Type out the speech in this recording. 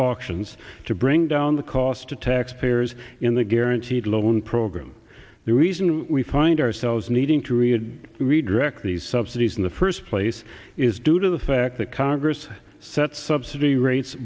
auctions to bring down the cost to taxpayers in the guaranteed loan program the reason we find ourselves needing to read redirect these subsidies in the first place is due to the fact that congress set subsidy rates